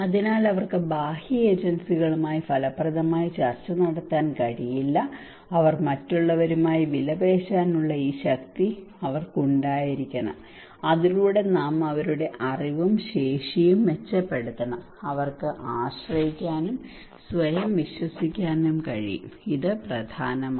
അതിനാൽ അവർക്ക് ബാഹ്യ ഏജൻസികളുമായി ഫലപ്രദമായി ചർച്ചകൾ നടത്താൻ കഴിയില്ല അതിനാൽ മറ്റുള്ളവരുമായി വിലപേശാനുള്ള ഈ ശക്തി അവർക്ക് ഉണ്ടായിരിക്കണം അതിലൂടെ നാം അവരുടെ അറിവും ശേഷിയും മെച്ചപ്പെടുത്തണം അവർക്ക് ആശ്രയിക്കാനും സ്വയം വിശ്വസിക്കാനും കഴിയും ഇത് പ്രധാനമാണ്